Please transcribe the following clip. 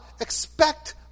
expect